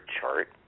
chart